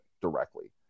directly